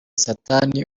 satani